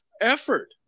effort